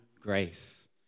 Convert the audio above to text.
grace